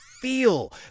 feel